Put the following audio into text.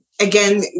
again